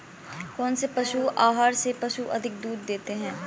कौनसे पशु आहार से पशु अधिक दूध देते हैं?